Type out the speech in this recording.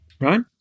right